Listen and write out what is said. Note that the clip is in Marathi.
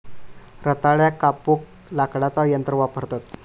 रताळ्याक कापूक लाकडाचा यंत्र वापरतत